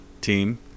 team